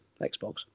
Xbox